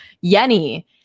Yeni